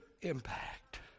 impact